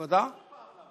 למה החוק הזה רע?